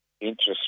Interest